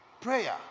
prayer